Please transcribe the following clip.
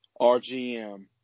RGM